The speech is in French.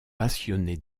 passionné